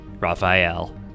Raphael